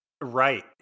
Right